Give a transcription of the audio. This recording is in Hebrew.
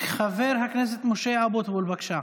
חבר הכנסת משה אבוטבול, בבקשה.